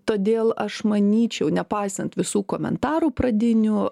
todėl aš manyčiau nepaisant visų komentarų pradinių